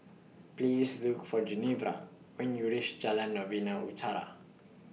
Please Look For Genevra when YOU REACH Jalan Novena Utara